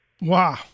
Wow